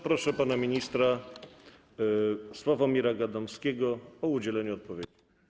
Proszę pana ministra Sławomira Gadomskiego o udzielenie odpowiedzi.